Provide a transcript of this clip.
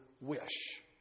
wish